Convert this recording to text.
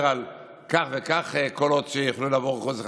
על כך וכך קולות כדי שיוכלו לעבור את אחוז החסימה,